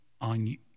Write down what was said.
on